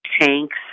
tanks